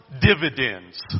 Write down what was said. dividends